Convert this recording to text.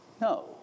No